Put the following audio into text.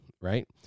right